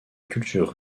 culture